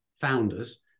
founders